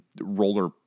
roller